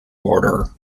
order